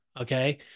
okay